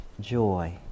joy